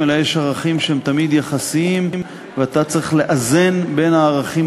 חוק להסדר ההימורים בספורט (תיקון מס' 7,